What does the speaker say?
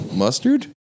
Mustard